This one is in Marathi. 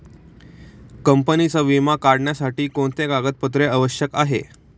कंपनीचा विमा काढण्यासाठी कोणते कागदपत्रे आवश्यक आहे?